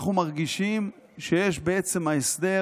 אנחנו מרגישים שיש בעצם ההסדר,